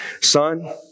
son